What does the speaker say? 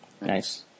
nice